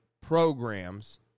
programs